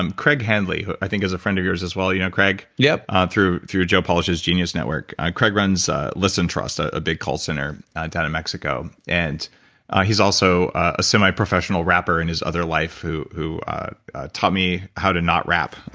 um craig handley who i think is a friend of yours as well, you know craig yeah ah through through joe polish's genius network. craig runs listentrust a a big call center downtown in mexico. and he's also a semiprofessional rapper in his other life who who taught me how to not rap.